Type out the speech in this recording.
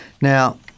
Now